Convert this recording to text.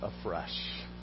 afresh